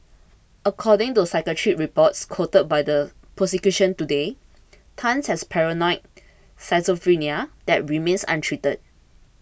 according to psychiatric reports quoted by the prosecution today Tan has paranoid schizophrenia that remains untreated